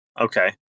Okay